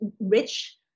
rich